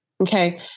Okay